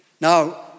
Now